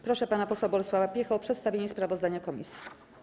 Proszę pana posła Bolesława Piechę o przedstawienie sprawozdania komisji.